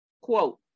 Quote